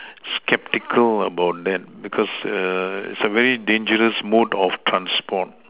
skeptical about that because err it's a very dangerous mode of transport